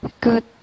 Good